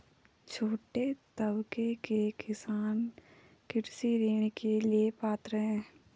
छोटे तबके के किसान कृषि ऋण के लिए पात्र हैं?